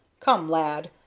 come, lad,